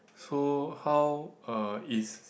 so how uh is